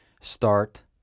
Start